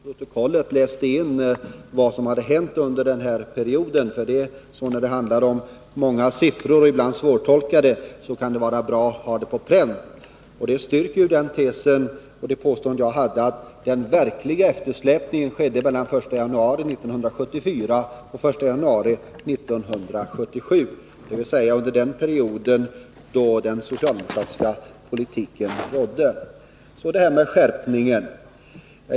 Herr talman! Först ett tack till Erik Johansson för att han till protokollet läste in vad som hände under denna period. När det handlar om många, ibland svårtolkade siffror kan det vara bra att ha dem på pränt. Detta styrker ju den tes jag drev, att den verkliga eftersläpningen skedde mellan den 1 januari 1974 och den 1 januari 1977, dvs. under den period då den socialdemokratiska politiken rådde. Så var det det där med skärpningen.